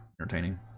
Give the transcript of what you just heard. entertaining